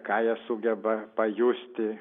ką jie sugeba pajusti